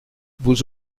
vous